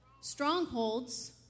strongholds